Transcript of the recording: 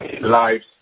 lives